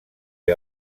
que